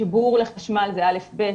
חיבור לחשמל זה א'-ב'.